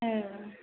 औ